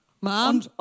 Mom